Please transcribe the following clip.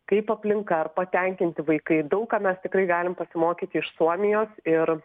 kaip aplinka ar patenkinti vaikai daug ką mes tikrai galim pasimokyti iš suomijos ir